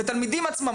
ותלמידים עצמם,